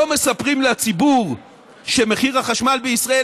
לא מספרים לציבור שמחיר החשמל בישראל